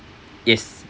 yes